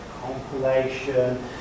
compilation